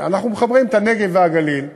אנחנו מחברים את הנגב והגליל וירושלים,